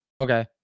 Okay